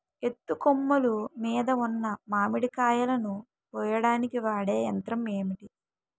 ఎత్తు కొమ్మలు మీద ఉన్న మామిడికాయలును కోయడానికి వాడే యంత్రం ఎంటి?